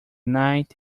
night